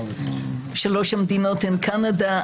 שלוש המדינות הן קנדה,